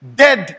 dead